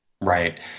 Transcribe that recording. Right